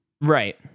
right